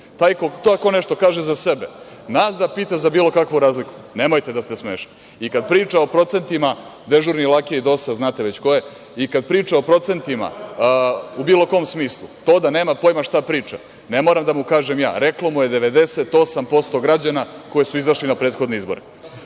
tako nešto kaže za sebe nas da pita za bilo kakvu razliku, nemojte da ste smešni. I, kada priča o procentima dežurni lakej DOS-a, znate već ko je, i kada priča o procentima u bilo kom smislu, to da nema pojma šta priča, ne moram da mu kažem ja, reklo mu je 98% građana koji su izašli na izbore. Što